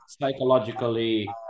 psychologically